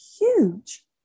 huge